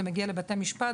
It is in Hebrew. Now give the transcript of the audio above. זה מגיע לבתי משפט,